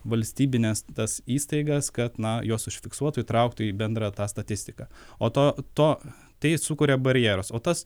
valstybines tas įstaigas kad na juos užfiksuotų įtrauktų į bendrą tą statistiką o to to tai sukuria barjerus o tas